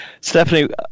Stephanie